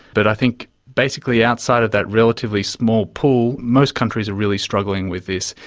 but i think basically outside of that relatively small pool, most countries are really struggling with this.